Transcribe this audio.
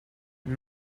but